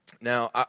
Now